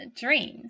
dreams